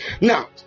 Now